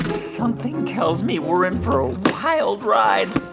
something tells me we're in for a wild ride